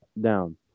down